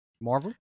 Marvel